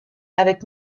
avec